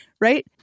right